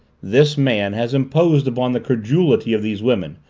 this man has imposed upon the credulity of these women,